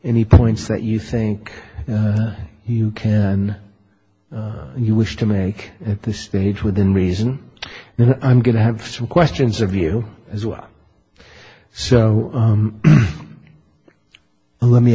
any points that you think you can you wish to make at this stage within reason i'm going to have some questions of you as well so let me